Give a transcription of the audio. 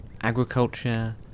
agriculture